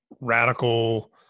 radical